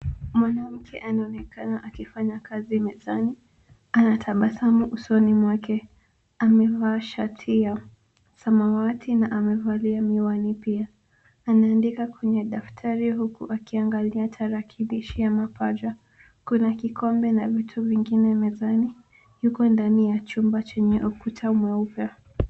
Mwanamke anaonekana akifanya kazi mezani, ana tabasamu usoni mwake. Amevaaa shati ya samawati na amevalia miwani pia. Anaandika kwenye daftari huku pia akiangalia tarakilishi ya mapaja. Kuna kikombe na vitu vingine mezani. Yuko ndani ya chumba chenye ukuta mweupe.